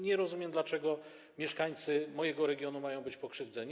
Nie rozumiem, dlaczego mieszkańcy mojego regionu mają być pokrzywdzeni.